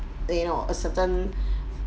you know a certain